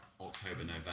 October-November